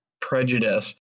prejudice